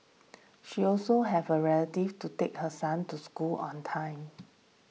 she also have a relative to take her son to school on time